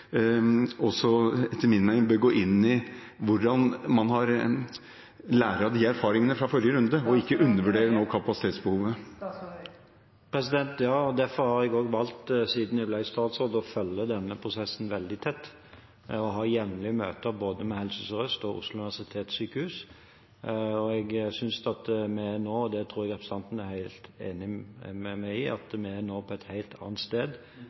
inn i og lærer av erfaringene fra forrige runde og ikke nå undervurderer kapasitetsbehovet. Ja, og derfor har jeg også valgt, siden jeg ble statsråd, å følge denne prosessen veldig tett og ha jevnlige møter både med Helse Sør-Øst og med Oslo universitetssykehus. Og jeg synes at vi nå – og det tror jeg representanten er helt enig med meg i – er på et helt annet sted